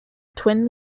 twin